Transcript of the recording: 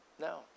No